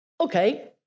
Okay